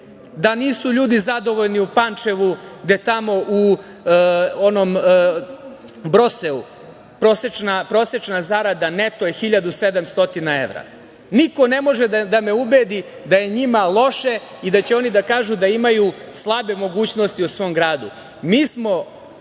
da nisu ljudi zadovoljni u Pančevu, gde tamo u „Broseu“ prosečna zarada neto je 1.700 evra. Niko ne može da me ubedi da je njima loše i da će oni da kažu da imaju slabe mogućnosti u svom gradu.